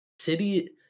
City